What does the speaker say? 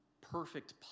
perfect